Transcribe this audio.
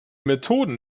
methoden